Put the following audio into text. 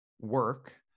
work